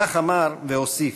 כך אמר והוסיף: